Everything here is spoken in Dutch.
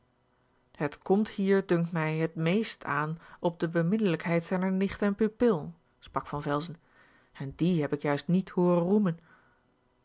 het komt hier dunkt mij het meest aan op de beminnelijkheid zijner nicht en pupil sprak van velzen en die heb ik juist niet hooren roemen